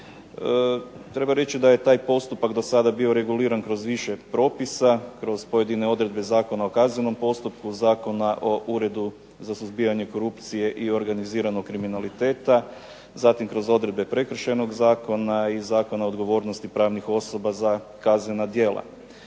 Treba reći da je taj postupak do sada bio reguliran kroz više propisa, kroz pojedine odredbe zakona o kaznenom postupku, Zakona o Uredu za suzbijanje korupcije i organiziranog kriminaliteta, zatim kroz odredbe Prekršajnog zakona i Zakon o odgovornosti pravnih osoba za kaznena djela.